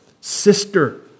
sister